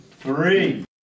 three